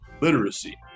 literacy